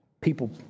People